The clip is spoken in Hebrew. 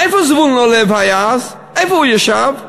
איפה זבולון אורלב היה אז, איפה הוא ישב?